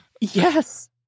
Yes